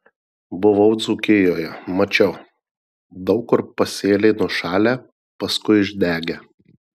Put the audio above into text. buvau dzūkijoje mačiau daug kur pasėliai nušalę paskui išdegę